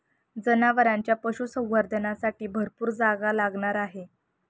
जनावरांच्या पशुसंवर्धनासाठी भरपूर जागा लागणार आहे